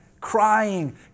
crying